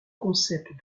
concept